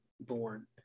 born